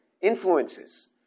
influences